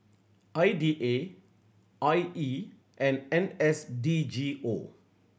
I D A I E and N S D G O